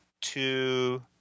two